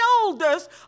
shoulders